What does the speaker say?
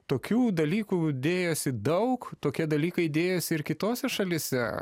tokių dalykų dėjosi daug tokie dalykai dėjosi ir kitose šalyse